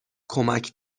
کمک